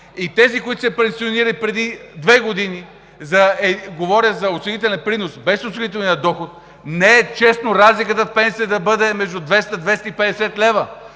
и тези, които са се пенсионирали преди две години, говоря за осигурителен принос – без осигурителния доход, не е честно разликата в пенсията да бъде между 200 и 250 лв.!